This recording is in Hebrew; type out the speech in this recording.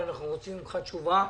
ואנחנו רוצים ממך תשובה.